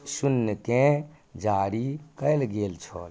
शून्यकेँ जारी कयल गेल छल